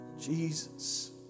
Jesus